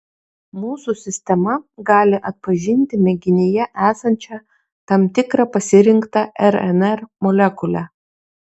mūsų sistema gali atpažinti mėginyje esančią tam tikrą pasirinktą rnr molekulę